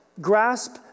grasp